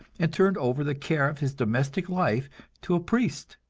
and turned over the care of his domestic life to a priest.